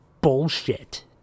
bullshit